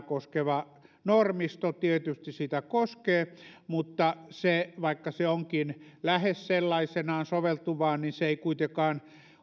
koskeva normisto tietysti sitä koskee mutta vaikka se onkin lähes sellaisenaan soveltuvaa niin se ei kuitenkaan